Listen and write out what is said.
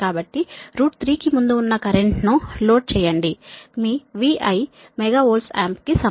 కాబట్టి 3 కి ముందు ఉన్న కరెంట్ను లోడ్ చేయండి మీ VI MVA కి సమానం